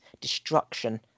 destruction